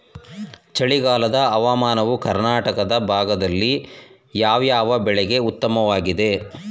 ಚಳಿಗಾಲದ ಹವಾಮಾನವು ಕರ್ನಾಟಕದ ಭಾಗದಲ್ಲಿ ಯಾವ್ಯಾವ ಬೆಳೆಗಳಿಗೆ ಉತ್ತಮವಾಗಿದೆ?